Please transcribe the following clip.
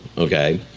okay,